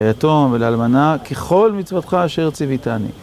ליתום ולאלמנה ככל מצוותך אשר ציוויתני.